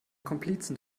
komplizen